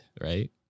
right